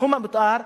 תחום המיתאר,